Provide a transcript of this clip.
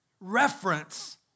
reference